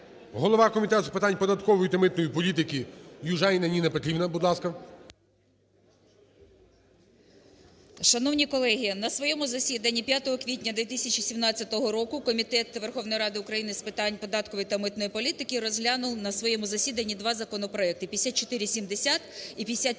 голова Комітету з питань податкової та митної політикиЮжаніна Ніна Петрівна, будь ласка. 13:50:06 ЮЖАНІНА Н.П. Шановні колеги, на своєму засіданні 5 квітня 2017 року Комітет Верховної Ради України з питань податкової та митної політики розглянув на своєму засіданні два законопроекти: 5470 і 5470-д.